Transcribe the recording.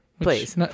please